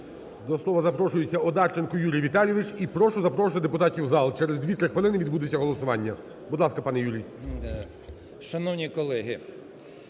До слова запрошується Одарченко Юрій Віталійович. І прошу запрошувати депутатів в зал, через 2-3 хвилини відбудеться голосування. Будь ласка, пане Юрій. 10:53:09